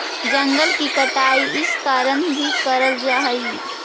जंगल की कटाई इस कारण भी करल जा हई